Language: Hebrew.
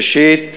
ראשית